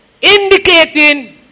indicating